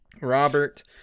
Robert